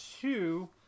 two